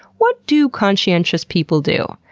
what do conscientious people do?